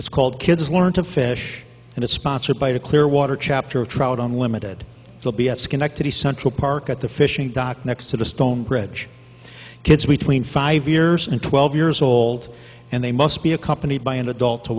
it's called kids learn to fish and is sponsored by the clearwater chapter of trout on limited they'll be at schenectady central park at the fishing dock next to the stone bridge kids between five years and twelve years old and they must be accompanied by an adult to